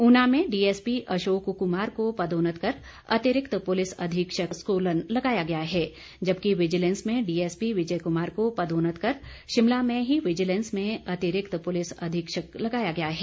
ऊना में डीएसपी अशोक कुमार को पदोन्नत कर अतिरिक्त पुलिस अधीक्षक सोलन लगाया गया है जबकि विजिलेंस में डीएसपी विजय कुमार को पदोन्नत कर शिमला में ही विजिलेंस में अतिरिक्त पुलिस अधीक्षक लगाया गया है